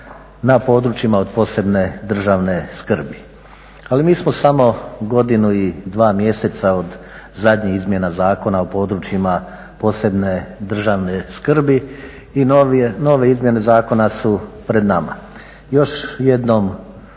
na područjima od posebne državne skrbi. Ali mi smo samo godinu i dva mjeseca od zadnjih izmjena Zakona o područjima posebne državne skrbi i nove izmjene zakona su pred nama.